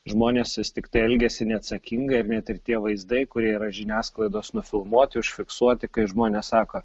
žmonės tiktai elgiasi neatsakingai net ir tie vaizdai kurie yra žiniasklaidos nufilmuoti užfiksuoti kai žmonės sako